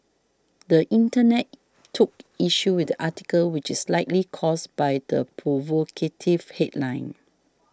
the Internet took issue with the article which is likely caused by the provocative headline